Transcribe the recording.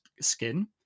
skin